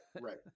Right